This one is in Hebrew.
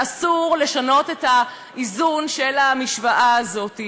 ואסור לשנות את האיזון של המשוואה הזאת.